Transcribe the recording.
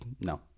no